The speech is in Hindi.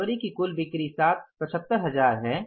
फरवरी की बिक्री 75000 है